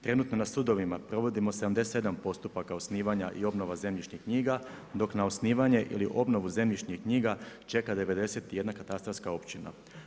Trenutno na sudovima provodimo 77 postupaka osnivanja i obnova zemljišnih knjiga dok na osnivanje ili obnovu zemljišnih knjiga čeka 91 katastarska općina.